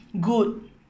good